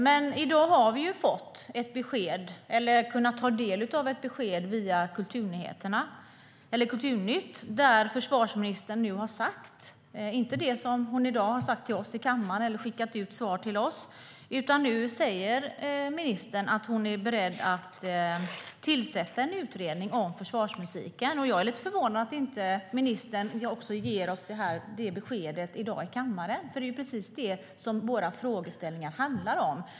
Men i dag har vi kunnat ta del av ett besked via Kulturnytt där försvarsministern inte har sagt det som hon har sagt till oss i kammaren eller i det svar som har skickat till oss, utan nu säger ministern att hon är beredd att tillsätta en utredning om försvarsmusiken. Jag är lite förvånad att ministern inte ger oss detta besked i kammaren i dag. Det är precis det som våra frågeställningar handlar om.